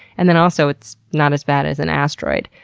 and then also, it's not as sad as an asteroid.